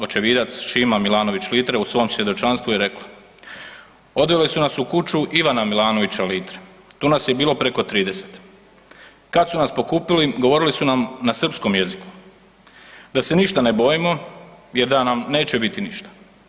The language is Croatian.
Očevidac Šima Milanović Litre u svom svjedočanstvu je rekla, odveli su nas u kuću Ivana Milanovića Litre, tu nas je bilo preko 30, kad su nas pokupili govorili su nam na srpskom jeziku da se ništa ne bojimo jer da nam neće biti ništa.